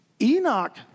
Enoch